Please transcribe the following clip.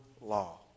law